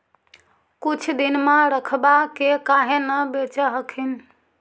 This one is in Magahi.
कुछ दिनमा रखबा के काहे न बेच हखिन?